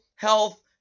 Health